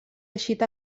eixit